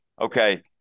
Okay